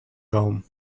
raum